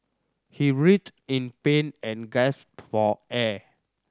he writhed in pain and gasped for air